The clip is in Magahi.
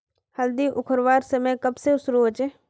हल्दी उखरवार समय कब से शुरू होचए?